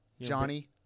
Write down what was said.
Johnny